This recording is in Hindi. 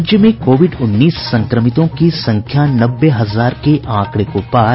राज्य में कोविड उन्नीस संक्रमितों की संख्या नब्बे हजार के आंकड़े को पार